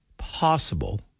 possible